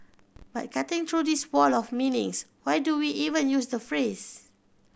but cutting through this wall of meanings why do we even use the phrase